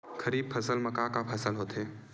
खरीफ फसल मा का का फसल होथे?